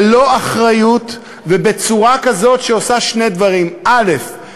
ללא אחריות ובצורה כזאת שעושה שני דברים: א.